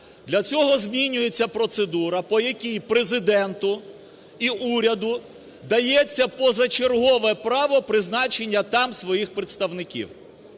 Для цього змінюється процедура, по якій Президенту і уряду дається позачергове право призначення там своїх представників.